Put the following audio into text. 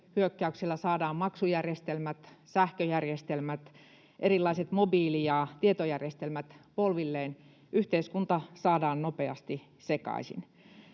kyberhyökkäyksillä saadaan maksujärjestelmät, sähköjärjestelmät, erilaiset mobiili- ja tietojärjestelmät polvilleen, yhteiskunta saadaan nopeasti sekaisin.